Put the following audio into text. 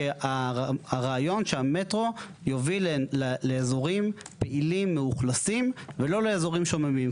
כי הרעיון שהמטרו יוביל לאזורים פעילים מאוכלוסים ולא לאזורים שוממים.